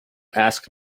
ask